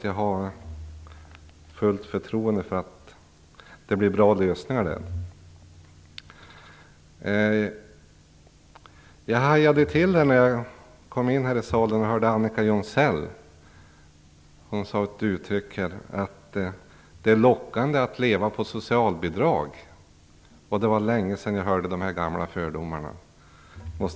Jag har fullt förtroende för att det blir bra lösningar. Jag hajade till när jag kom in i salen och fick höra Annika Jonsell. Hon uttryckte att det är lockande att leva på socialbidrag. Jag måste säga att det var länge sedan jag hörde dessa gamla fördomar.